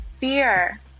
fear